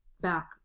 back